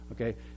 okay